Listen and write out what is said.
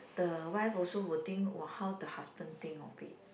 the wife also will think [wah] how the husband think of it